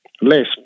less